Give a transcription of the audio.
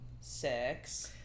six